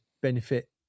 benefit